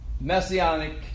messianic